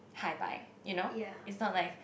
hi bye you know it's not like